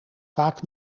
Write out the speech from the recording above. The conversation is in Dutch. vaak